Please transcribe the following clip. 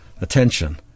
attention